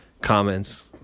comments